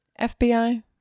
FBI